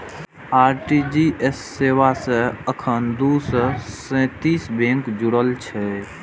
RTGS सेवा सं एखन दू सय सैंतीस बैंक जुड़ल छै